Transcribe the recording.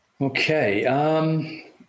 Okay